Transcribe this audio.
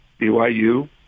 BYU